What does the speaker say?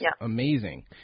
amazing